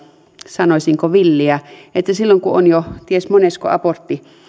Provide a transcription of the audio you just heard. sanoisinko villiä ja silloin kun on jo ties monesko abortti